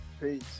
peace